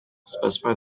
specify